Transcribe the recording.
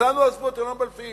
אותנו עזבו, אתם לא מבלפים.